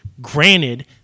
Granted